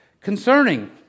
concerning